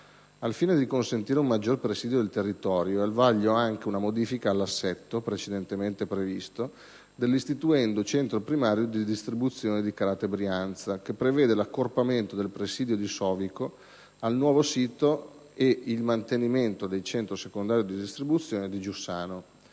Ai fine di consentire un maggiore presidio del territorio è al vaglio anche una modifica all'assetto, precedentemente previsto, dell'istituendo centro primario di distribuzione di Carate Brianza, che prevede l'accorpamento del presidio di Sovico al nuovo sito ed il mantenimento dei centro secondario di distribuzione di Giussano.